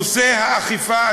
נושא האכיפה,